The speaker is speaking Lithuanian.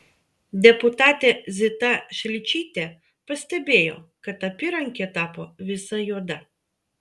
deputatė zita šličytė pastebėjo kad apyrankė tapo visa juoda